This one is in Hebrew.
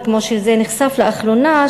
וכמו שזה נחשף לאחרונה,